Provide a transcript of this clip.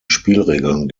spielregeln